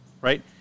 right